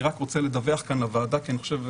אני רק רוצה לדווח כאן לוועדה כי אני חושב,